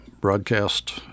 broadcast